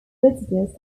visitors